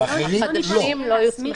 והאחרים לא.